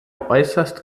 äußerst